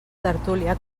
tertúlia